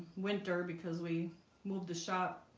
winter because we moved the shop